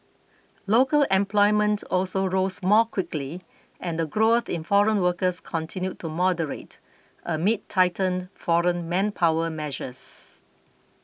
local employment also rose more quickly and the growth in foreign workers continued to moderate amid tightened foreign manpower measures